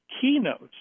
keynotes